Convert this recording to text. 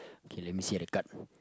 okay let me see the card